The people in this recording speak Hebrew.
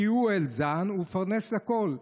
כי הוא אל זן ומפרנס לכול,